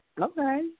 Okay